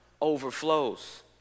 overflows